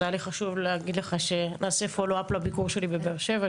אז היה לי חשוב להגיד לך שנעשה follow up לביקור שלי בבאר שבע,